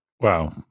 Wow